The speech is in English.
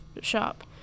shop